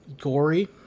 gory